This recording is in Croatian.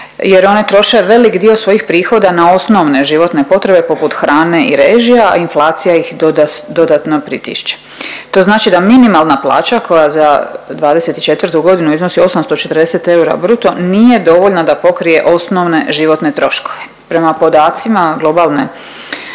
jer oni troše velik dio svojih prihoda na osnovne životne potrebe poput hrane i režija, a inflacija ih dodatno pritišće. To znači da minimalna plaća koja za '24. godinu iznosi 840 eura bruto nije dovoljna da pokrije osnovne životne troškove. Prema podacima globalne